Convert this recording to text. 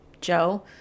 Joe